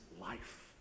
life